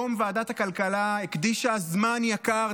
היום ועדת הכלכלה הקדישה זמן יקר,